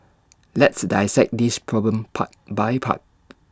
let's dissect this problem part by part